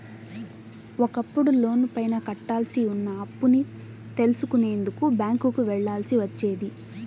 ఒకప్పుడు లోనుపైన కట్టాల్సి ఉన్న అప్పుని తెలుసుకునేందుకు బ్యేంకుకి వెళ్ళాల్సి వచ్చేది